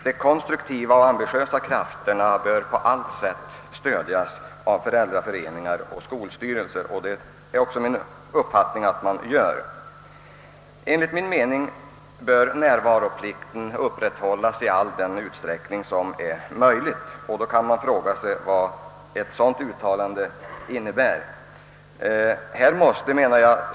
De konstruktiva, ambitiösa krafterna bör på allt sätt stödjas av föräldraföreningar och skolstyrelser, och det är min uppfattning att de också gör det. Enligt min mening bör närvaroplikten gälla i all den utsträckning som är möjlig. Man kan fråga sig vad ett sådant uttalande innebär.